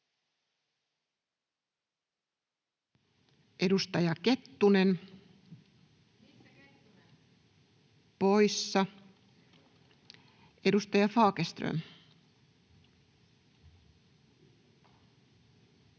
edustaja Kettunen poissa. — Edustaja Fagerström.